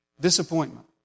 Disappointment